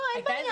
לא, אין בעיה.